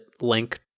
link